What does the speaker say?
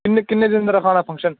किन्ने किन्ने दिन दा रखाना फंक्शन